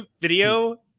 video